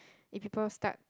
if people start